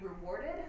rewarded